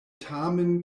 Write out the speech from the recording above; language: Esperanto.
tamen